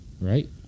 Right